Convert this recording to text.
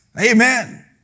Amen